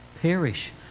perish